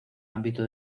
ámbito